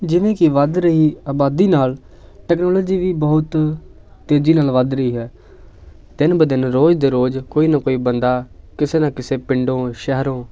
ਜਿਵੇਂ ਕਿ ਵੱਧ ਰਹੀ ਆਬਾਦੀ ਨਾਲ ਟੈਕਨੋਲਜੀ ਵੀ ਬਹੁਤ ਤੇਜ਼ੀ ਨਾਲ ਵੱਧ ਰਹੀ ਹੈ ਦਿਨ ਬ ਦਿਨ ਰੋਜ਼ ਦੇ ਰੋਜ਼ ਕੋਈ ਨਾ ਕੋਈ ਬੰਦਾ ਕਿਸੇ ਨਾ ਕਿਸੇ ਪਿੰਡੋਂ ਸ਼ਹਿਰੋਂ